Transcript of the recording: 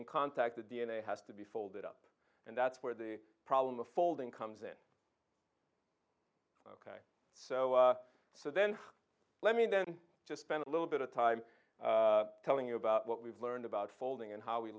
in contact the d n a has to be folded up and that's where the problem of folding comes in so so then let me then just spend a little bit of time telling you about what we've learned about folding and how we